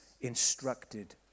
instructed